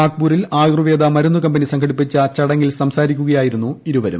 നാഗ്പൂരിൽ ആയുർവേദ മരുന്നു കമ്പനി സംഘടിപ്പിച്ച ചടങ്ങിൽ സംസാരിക്കുകയായിരുന്നു ഇരുവരും